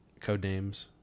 Codenames